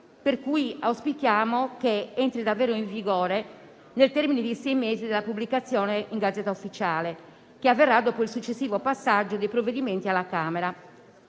che la misura entri davvero in vigore nel termine di sei mesi dalla pubblicazione in *Gazzetta Ufficiale*, che avverrà dopo il successivo passaggio dei provvedimenti alla Camera